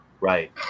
Right